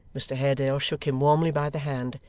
mr haredale shook him warmly by the hand,